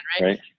right